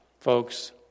folks